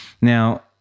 now